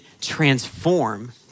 transform